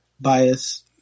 Bias